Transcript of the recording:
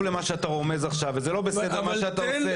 למה שאתה רומז עכשיו ולא בסדר מה שאתה עושה,